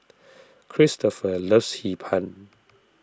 Cristofer loves Hee Pan